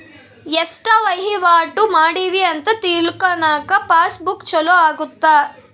ಎಸ್ಟ ವಹಿವಾಟ ಮಾಡಿವಿ ಅಂತ ತಿಳ್ಕನಾಕ ಪಾಸ್ ಬುಕ್ ಚೊಲೊ ಅಗುತ್ತ